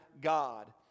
God